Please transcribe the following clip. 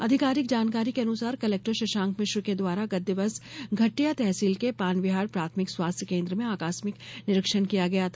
आधिकारिक जानकारी के अनुसार कलेक्टर शशांक मिश्र के द्वारा गत दिवस घट्टिया तहसील के पानविहार प्राथमिक स्वास्थ्य केन्द्र में आकस्मिक निरीक्षण किया गया था